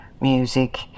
music